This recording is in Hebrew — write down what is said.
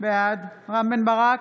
בעד רם בן ברק,